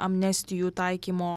amnestijų taikymo